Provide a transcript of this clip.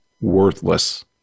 worthless